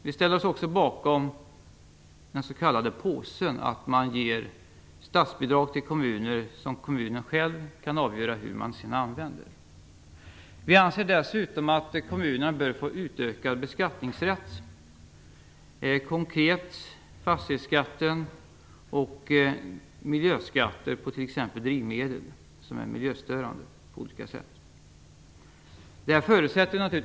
Vi ställer oss också bakom den s.k. påsen, dvs. att man ger statsbidrag till kommunerna vilkas användning kommunerna själva kan bestämma om. Vi anser dessutom att kommunen bör få utökad beskattningsrätt, och det gäller då konkret fastighetsskatten och miljöskatter på t.ex. drivmedel som på olika sätt är miljöstörande.